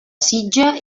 sitja